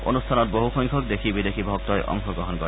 অনুষ্ঠানত বহুসংখ্যক দেশী বিদেশী ভক্তই অংশগ্ৰহণ কৰে